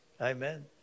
Amen